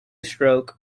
stroke